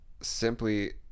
simply